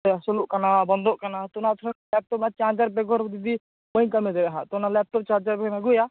ᱦᱟᱥᱩᱞᱚᱜ ᱠᱟᱱᱟ ᱵᱚᱱᱫᱚᱜ ᱠᱟᱱᱟ ᱛᱚ ᱱᱚᱭᱟ ᱞᱮᱯᱴᱚᱯ ᱟᱨ ᱪᱟᱨᱡᱟᱨ ᱵᱮᱜᱚᱨ ᱡᱚᱫᱤ ᱵᱟᱹᱧ ᱠᱟᱹᱢᱤ ᱫᱟᱲᱮᱭᱟᱜ ᱦᱟᱸᱜ ᱛᱚ ᱚᱱᱟ ᱞᱮᱯᱴᱚᱯ ᱪᱟᱨᱡᱟᱨᱵᱤᱱ ᱟᱜᱩᱭᱟ